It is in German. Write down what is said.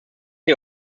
die